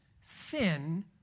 sin